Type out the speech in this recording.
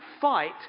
fight